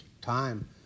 time